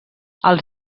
als